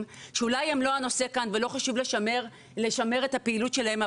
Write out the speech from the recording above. שאולי הן לא הנושא כאן ולא חשוב לשמר את הפעילות שלהן,